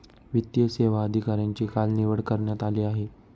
वित्तीय सेवा अधिकाऱ्यांची काल निवड करण्यात आली आहे